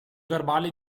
verbale